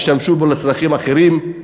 לא ישתמשו בו לצרכים אחרים,